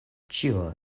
ĉio